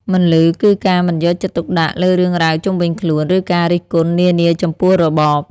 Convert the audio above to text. «មិនឮ» គឺការមិនយកចិត្តទុកដាក់លើរឿងរ៉ាវជុំវិញខ្លួន ឬការរិះគន់នានាចំពោះរបប។